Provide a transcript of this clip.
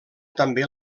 també